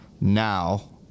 now